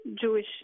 Jewish